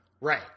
Right